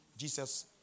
Jesus